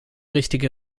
richtige